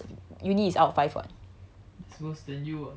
so it's cause uni is out of five [what]